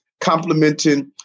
complementing